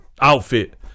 outfit